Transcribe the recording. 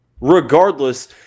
Regardless